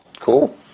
Cool